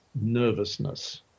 nervousness